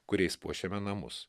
kuriais puošiame namus